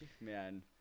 Man